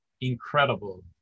incredible